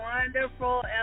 wonderful